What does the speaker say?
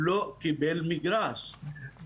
לא קיבל מגרש.